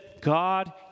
God